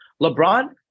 LeBron